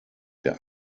der